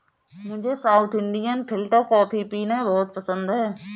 मुझे South Indian filter coffee पीना बहुत पसंद है